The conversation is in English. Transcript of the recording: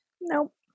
Nope